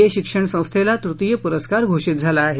ए शिक्षण संस्थेला तृतीय पुरस्कार घोषित झाला आहे